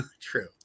True